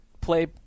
play –